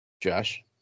Josh